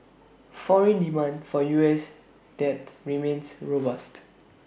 foreign demand for U S debt remains robust